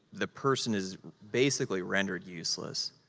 the person is basically rendered useless.